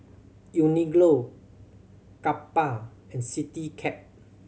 Uniqlo Kappa and Citycab